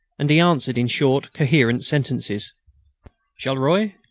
and he answered in short incoherent sentences charleroi?